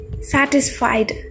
satisfied